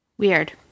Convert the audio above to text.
Weird